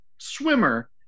swimmer